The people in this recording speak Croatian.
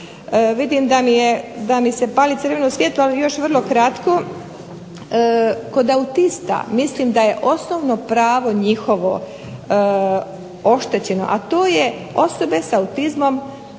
mi je, da mi se pali crveno svjetlo, ali još vrlo kratko. Kod autista mislim da je osnovno pravo njihovo oštećeno, a to je osobe s autizmom